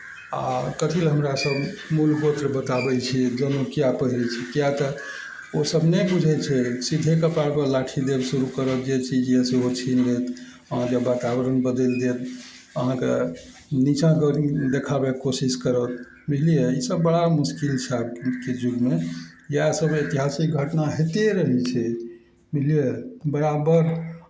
आ कथी लऽ हमरा सब मूल गोत्र बताबै छियै जनौ कियै पहिरै छै किया तऽ ओ सब नै बुझै छै सीधे कपाड़ पर लाठी देब शुरू करत जे चीज यऽ सेहो छीन लेत अहाँ के बाताबरण बदैल देत अहाँके नीचाँ देखाबै कऽ कोशिश करत बुझलियै ई सब बड़ा मुश्किल छै आब के जुग मे इएह सब ऐतिहासिक घटना हेते रहै छै बुझलियै बराबर